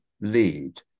lead